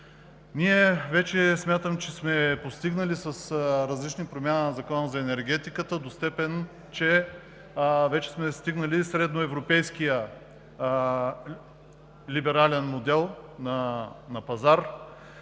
Вече смятам, че ние сме я постигнали с различните промени в Закона за енергетиката до степен, че вече сме стигнали средноевропейския либерален модел на пазар,